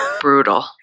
brutal